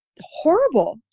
horrible